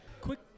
quick